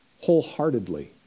wholeheartedly